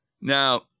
Now